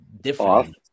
different